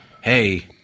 Hey